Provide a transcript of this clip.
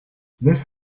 this